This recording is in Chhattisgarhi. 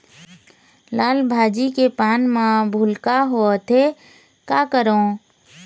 लाल भाजी के पान म भूलका होवथे, का करों?